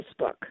Facebook